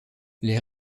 les